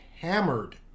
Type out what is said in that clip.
hammered